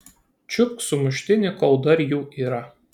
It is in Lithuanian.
čiupk sumuštinį kol dar jų yra